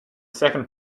second